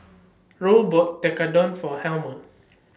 Roe bought Tekkadon For Homer